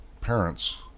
parents